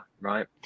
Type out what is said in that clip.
right